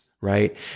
right